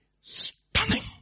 stunning